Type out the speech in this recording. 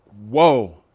whoa